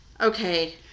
okay